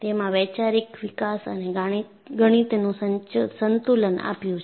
તેમાં વૈચારિક વિકાસ અને ગણિતનું સંતુલન આપ્યું છે